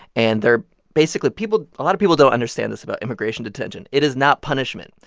and they're basically people a lot of people don't understand this about immigration detention. it is not punishment,